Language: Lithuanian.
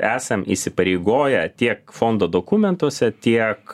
esam įsipareigoję tiek fondo dokumentuose tiek